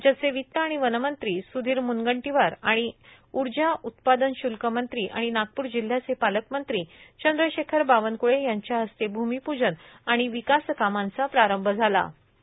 राज्याचे वित्त आणि वनमंत्री स्धीर मूनगंटीवार आणि ऊर्जा उत्पादन श्ल्क मंत्री आणि नागपूर जिल्हयाचे पालकमंत्री चंद्रशेखर बावनकुळे यांच्या हस्ते भूमिपूजन आणि विकासकामांचा प्रारंभ सोहळा झाला